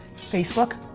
facebook?